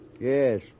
Yes